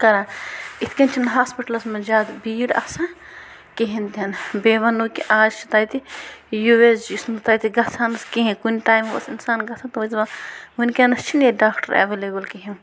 کَران یِتھ کَنۍ چھِنہٕ ہاسپِٹلَس منٛز زیادٕ بھیٖڈ آسان کِہیٖنۍ تہِ نہٕ بیٚیہِ وَنو کہِ آز چھِ تَتہِ یوٗ اٮ۪س جی یُس نہٕ تَتہِ گَژھان اوس کِہیٖنۍ کُنہِ ٹایمہٕ اوس اِنسان گژھان تِم ٲسۍ دَپان وٕنۍکٮ۪نَس چھُنہٕ ییٚتہِ ڈاکٹر اٮ۪وِلیبٕل کِہیٖنۍ